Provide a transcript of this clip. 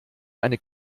eine